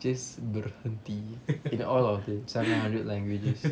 just berhenti in all of the seven hundred languages